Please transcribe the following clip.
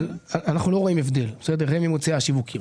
אנחנו לא רואים הבדל בהיצע השיווקים.